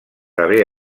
haver